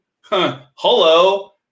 hello